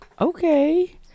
Okay